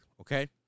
okay